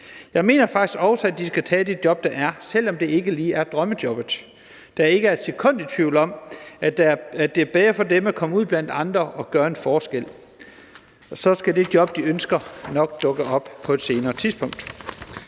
Jeg mener faktisk også, at de skal tage de job, der er, selv om det ikke lige er drømmejobbet, da jeg ikke er et sekund i tvivl om, at det er bedre for dem at komme ud blandt andre og gøre en forskel, og så skal det job, de ønsker, nok dukke op på et senere tidspunkt.